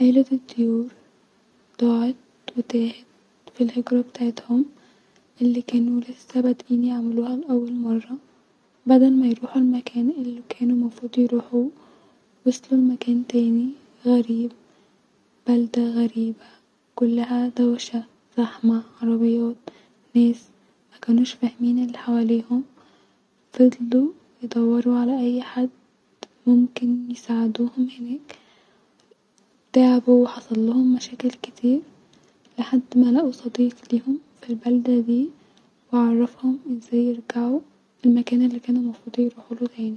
عليه الطيور ضاعت وتاهت-في الهجره بتاعتهم الي كانو لسه بدءين يعملها لاول مره-بدل مايروحو المكان الي كانو مفروض يرحوه-وصلو لمكان تاني-غريب-بلده غريبه-كلها زحمه دوشه عربيات ناس-مكنوش فاهمين الي حواليهم-فضلو يدورو علي اي حد ممكن يساعدوهم هناك-تعبو وحصلهم مشاكل كتير لحد-مالقو صديق ليهم في البلده دي-وعرفهم ازاي يرجعو المكان مفروض يرحولو تاني